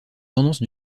tendance